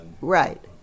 Right